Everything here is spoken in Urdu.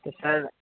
تو سر